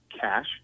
cash